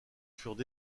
furent